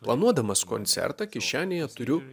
planuodamas koncertą kišenėje turiu